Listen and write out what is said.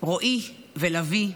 רועי ולביא,